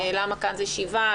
למה כאן שבעה?